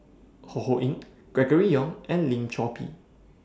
Ho Ho Ying Gregory Yong and Lim Chor Pee